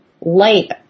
light